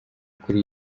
kuri